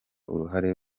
uruhare